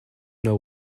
know